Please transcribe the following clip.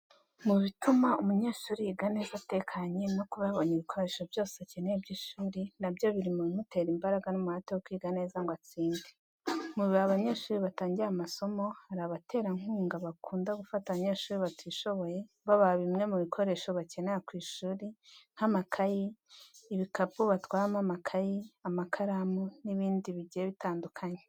Mu bituma umunyeshuri yiga neza atekanye no kuba yabonye ibikoresho byose akeneye by'ishuri na byo biri mu bimutera imbaraga n'umuhate wo kwiga neza ngo atsinde. Mu bihe abanyeshuri batangira amasomo hari abaterankunga bakunda gufasha abanyeshuri batishoboye babaha bimwe mu bikoresho bakenera ku ishuri nk'amakaye, ibikapu batwaramo amakaye , amakaramu n'ibindi bigiye bitandukanye.